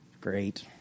great